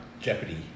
Jeopardy